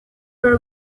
rwo